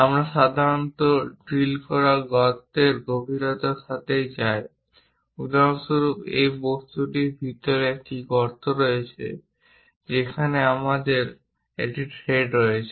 আমরা সাধারণত ড্রিল করা গর্তের গভীরতার সাথে যাই উদাহরণস্বরূপ এই বস্তুটির ভিতরে একটি গর্ত রয়েছে যেখানে আমাদের একটি থ্রেড রয়েছে